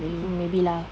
maybe lah